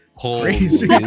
crazy